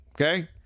Okay